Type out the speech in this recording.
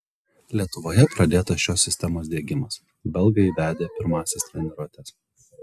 lietuvoje pradėtas šios sistemos diegimas belgai vedė pirmąsias treniruotes